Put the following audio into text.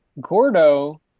Gordo